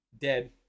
dead